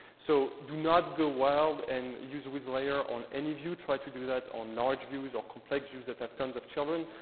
so do not go wild and use withlayer on any view. try to do that on large views or complex views that have tons of children.